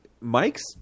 mike's